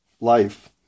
life